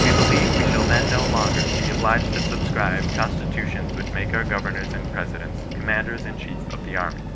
we be lieve we shall then no longer be obliged to subscribe constitutions which make our governors and presidents commanders-in-chief of the armyy